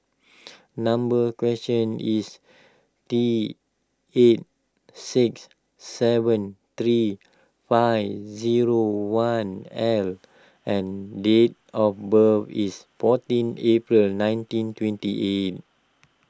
number question is T eight six seven three five zero one L and date of birth is fourteen April nineteen twenty eight